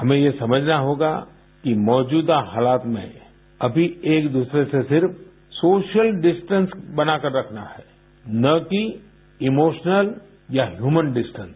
हमें ये समझना होगा कि मौजूदा हालात में अभी एक दूसरे से सिर्फ सोशल डिस्टेंस बनाकर रखना है न कि इमोशनल या ह्यूमन डिस्टेंस